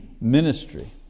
ministry